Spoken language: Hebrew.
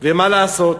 ומה לעשות,